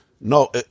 No